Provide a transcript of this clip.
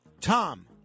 Tom